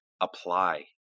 apply